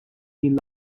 din